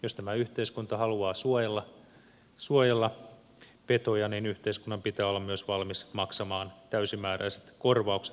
jos tämä yhteiskunta haluaa suojella petoja niin yhteiskunnan pitää olla myös valmis maksamaan täysimääräiset korvaukset vahingoista